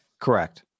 Correct